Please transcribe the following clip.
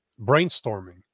brainstorming